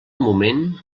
moment